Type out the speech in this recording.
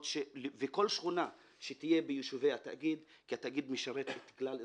וכל שכונה שתהיה ביישובי התאגיד כי התאגיד משרת את כלל אזרחיו,